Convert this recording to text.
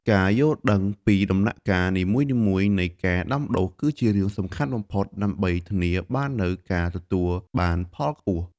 ការយល់ដឹងពីដំណាក់កាលនីមួយៗនៃការដាំដុះគឺជារឿងសំខាន់បំផុត ដើម្បីធានាបាននូវការទទួលបានផលខ្ពស់។